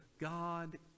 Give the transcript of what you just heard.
God